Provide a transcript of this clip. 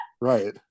Right